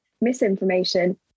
misinformation